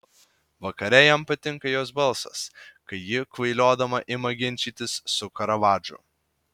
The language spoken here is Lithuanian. vakare jam patinka jos balsas kai ji kvailiodama ima ginčytis su karavadžu